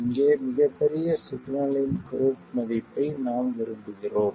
இங்கே மிகப்பெரிய சிக்னலின் குரூட் மதிப்பீட்டை நாம் விரும்புகிறோம்